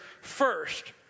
first